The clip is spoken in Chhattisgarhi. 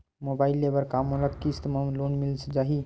मोबाइल ले बर का मोला किस्त मा लोन मिल जाही?